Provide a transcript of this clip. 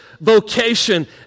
vocation